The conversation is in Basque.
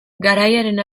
garaiaren